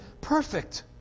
perfect